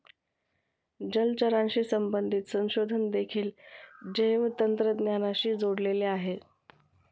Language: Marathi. जलचराशी संबंधित संशोधन देखील जैवतंत्रज्ञानाशी जोडलेले आहे